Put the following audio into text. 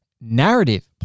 narrative